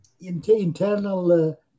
internal